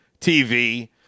TV